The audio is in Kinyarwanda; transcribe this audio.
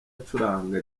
acuranga